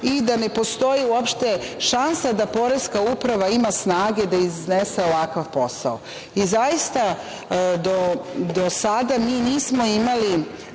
i da ne postoji uopšte šansa da poreska uprava ima snage da iznese ovakav posao.I zaista do sada mi nismo imali